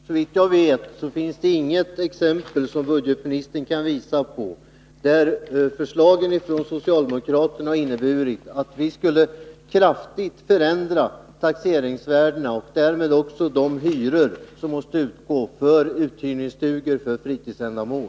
Herr talman! Såvitt jag vet har det inte funnits några förslag från socialdemokraterna om att kraftigt förändra taxeringsvärdena och därmed de hyror som måste utgå för uthyrningsstugor för fritidsändamål.